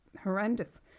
horrendous